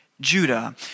Judah